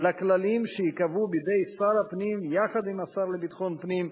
לכללים שייקבעו בידי שר הפנים יחד עם השר לביטחון הפנים,